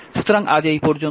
সুতরাং আজ এই পর্যন্ত